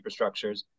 infrastructures